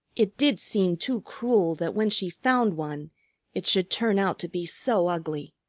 it did seem too cruel that when she found one it should turn out to be so ugly.